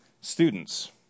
students